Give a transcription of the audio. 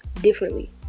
differently